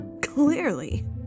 Clearly